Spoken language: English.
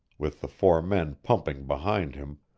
with the four men pumping behind him,